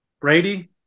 Brady